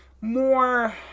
more